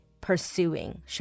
pursuing